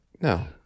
No